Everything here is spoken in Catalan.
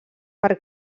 per